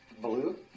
Blue